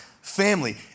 family